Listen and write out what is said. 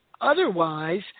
Otherwise